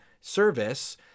service